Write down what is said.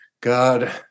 God